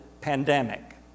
pandemic